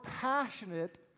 passionate